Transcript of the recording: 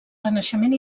renaixement